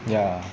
ya